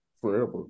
forever